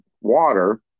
water